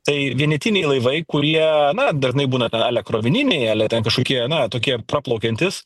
tai vienetiniai laivai kurie na dažnai būna ten ale krovininiai ale ten kažkokie na tokie praplaukiantys